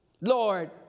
Lord